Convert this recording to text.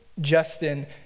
Justin